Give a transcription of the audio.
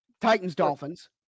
Titans-Dolphins